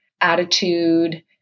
attitude